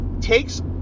takes